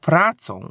pracą